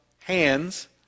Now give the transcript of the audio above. hands